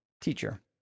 Teacher